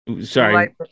Sorry